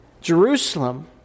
Jerusalem